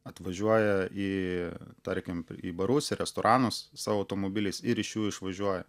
atvažiuoja į tarkim į barus į restoranus savo automobiliais ir iš jų išvažiuoja